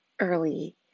early